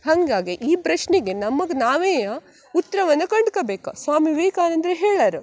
ಹಂಗಾಗಿ ಈ ಪ್ರಶ್ನೆಗೆ ನಮಗೆ ನಾವೇ ಉತ್ತರವನ್ನ ಕಂಡ್ಕಬೇಕು ಸ್ವಾಮಿ ವಿವೇಕಾನಂದ್ರು ಹೇಳರ